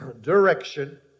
direction